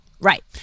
Right